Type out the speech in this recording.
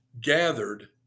gathered